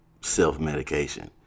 self-medication